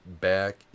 back